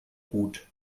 gut